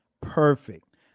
perfect